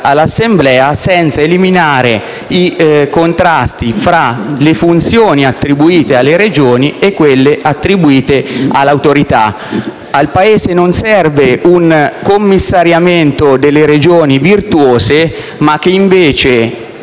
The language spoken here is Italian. all'Assemblea, senza eliminare i contrasti tra le funzioni attribuite alle Regioni e quelle attribuite all'Autorità. Al Paese non serve un commissariamento delle Regioni virtuose, ma piuttosto